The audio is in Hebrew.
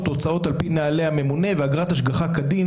ההוצאות על פי נהלי הממונה ואגרת ההשגחה כדין.